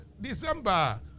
December